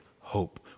hope